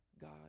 God